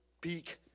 peak